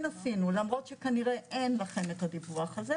אז כנראה שזה לא היה בסדר העדיפויות.